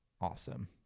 Awesome